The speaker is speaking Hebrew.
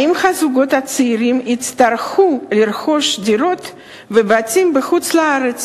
האם הזוגות הצעירים יצטרכו לרכוש דירות ובתים בחוץ-לארץ